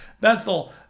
Bethel